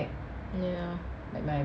ya